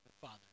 father